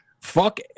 fuck